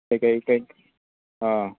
ꯀꯩꯀꯩ ꯀꯩ ꯑꯥ